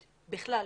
בשגרה.